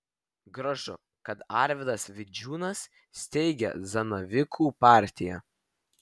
gražu kad arvydas vidžiūnas steigia zanavykų partiją